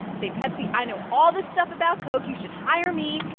say, pepsi, i know all this stuff about coke. you should hire me.